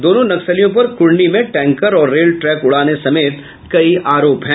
दोनों नक्सलियों पर कुढ़नी में टैंकर और रेल ट्रैक उड़ाने समेत कई आरोप हैं